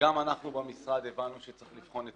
גם אנחנו במשרד הבנו שצריך לבחון את